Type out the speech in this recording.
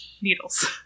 needles